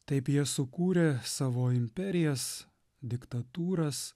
taip jie sukūrė savo imperijas diktatūras